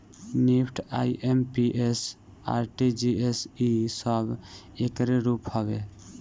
NEFT, IMPS, RTGS इ सब एकरे रूप हवे